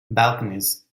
balconies